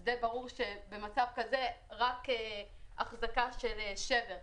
ולכן די ברור שבמצב כזה עושים רק אחזקה של שבר,